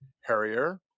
Harrier